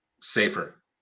safer